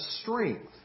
strength